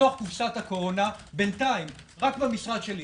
בתוך קופסאות הקורונה, בינתיים, רק במשרד שלי